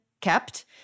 kept